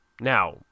now